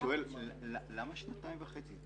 למה שנתיים וחצי?